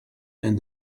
and